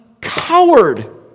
coward